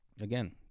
again